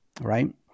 right